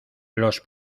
los